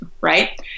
right